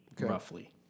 roughly